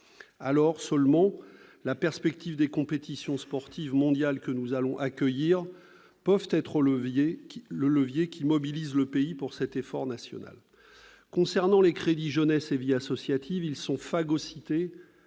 Alors seulement la perspective des compétitions sportives mondiales que nous allons accueillir pourra-t-elle être le levier qui mobilise le pays pour cet effort national. S'agissant des crédits concernant la jeunesse et la vie associative, ils sont phagocytés